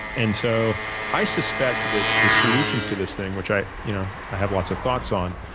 and so i suspect that the solutions to this thing, which i you know i have lots of thoughts on,